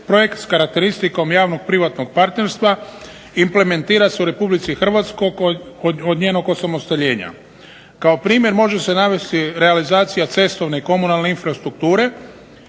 projekt s karakteristikom javno-privatnog partnerstva implementira se u RH od njenog osamostaljenja. Kao primjer može se navesti realizacija cestovne i komunalne infrastrukture